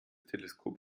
teleskop